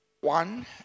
One